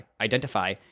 identify